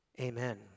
Amen